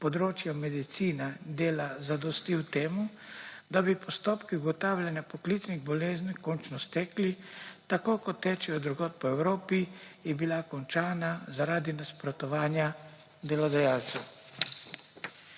s področja medicine dela zadostil temu, da bi postopki ugotavljanja poklicnih bolezni končno stekli, tako kot tečejo drugod po Evropi, je bila končana zaradi nasprotovanja delodajalcev.